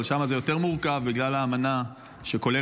אבל שם זה יותר מורכב בגלל האמנה שכוללת